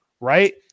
right